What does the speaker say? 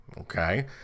okay